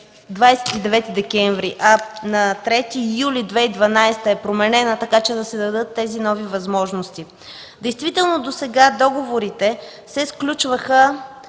2012 г. е променена, така че да се дадат тези нови възможности. Действително досега договорите се сключваха